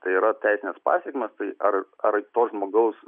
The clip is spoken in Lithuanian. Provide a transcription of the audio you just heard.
tai yra teisines pasekmes tai ar ar to žmogaus